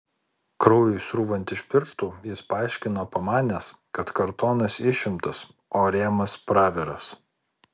kraujui srūvant iš pirštų jis paaiškino pamanęs kad kartonas išimtas o rėmas praviras